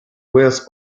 wales